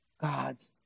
God's